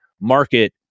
market